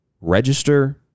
register